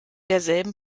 derselben